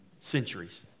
centuries